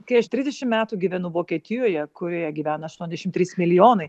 kai aš trisdešim metų gyvenu vokietijoje kurioje gyvena aštuoniasdešim trys milijonai